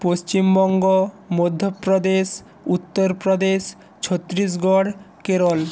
Paschimbanga Madhya Pradesh Uttar Pradesh Chhattisgarh Kerala